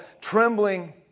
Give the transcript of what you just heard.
trembling